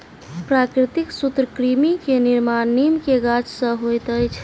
प्राकृतिक सूत्रकृमि के निर्माण नीम के गाछ से होइत अछि